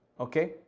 Okay